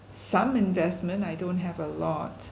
some investment I don't have a lot